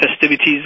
festivities